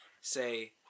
say